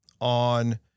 on